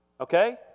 okay